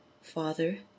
father